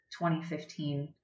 2015